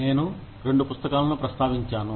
నేను 2 పుస్తకాలను ప్రస్తావించాను